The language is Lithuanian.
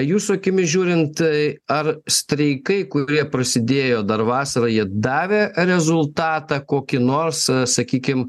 jūsų akimis žiūrint tai ar streikai kurie prasidėjo dar vasarą jie davė rezultatą kokį nors sakykim